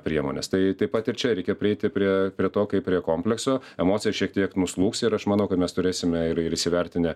priemones tai taip pat ir čia reikia prieiti prie prie to kaip prie komplekso emocijos šiek tiek nuslūgs ir aš manau kad mes turėsime ir ir įsivertinę